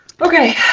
Okay